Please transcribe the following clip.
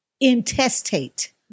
intestate